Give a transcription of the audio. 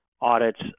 audits